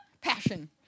Passion